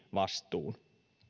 vastuun